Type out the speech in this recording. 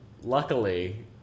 luckily